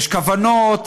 יש כוונות,